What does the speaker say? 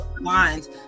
lines